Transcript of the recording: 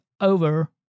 over